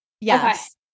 Yes